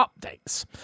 updates